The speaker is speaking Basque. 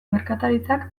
merkataritzak